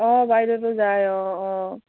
অঁ বাইদেউতো যায় অঁ অঁ